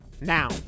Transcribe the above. Now